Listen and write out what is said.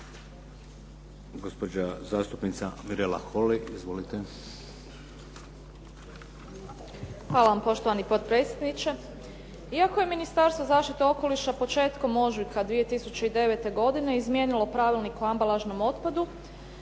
Hvala vam poštovani potpredsjedniče, iako je Ministarstvo zaštite okoliša početkom ožujka 2009. godine izmijenilo Pravilnik o ambalažnom otpadu